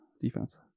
defense